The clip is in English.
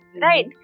right